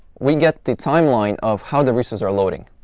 we get the timeline of how the resources are loading.